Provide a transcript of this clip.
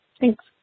Thanks